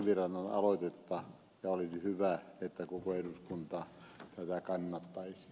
kivirannan aloitetta ja olisi hyvä että koko eduskunta tätä kannattaisi